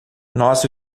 nós